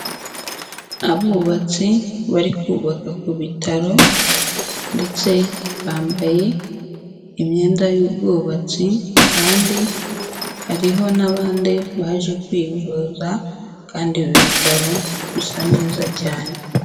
Abubatsi bari kubaka ku bitaro ndetse bambaye imyenda y'ubwubatsi kandi hariho n'abandi baje kwivuza kandi ibi bitaro bisa neza cyane.